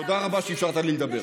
תודה רבה על שאפשרת לי לדבר.